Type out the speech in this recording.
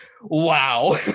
wow